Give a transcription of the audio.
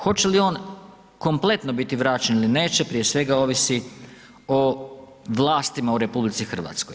Hoće li on kompletno biti vraćen ili neće prije svega ovisi o vlastima u RH.